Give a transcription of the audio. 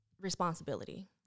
responsibility